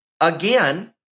again